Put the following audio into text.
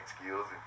skills